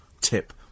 tip